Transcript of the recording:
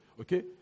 Okay